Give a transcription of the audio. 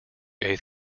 eighth